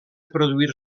produir